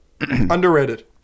Underrated